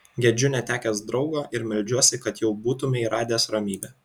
gedžiu netekęs draugo ir meldžiuosi kad jau būtumei radęs ramybę